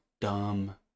dumb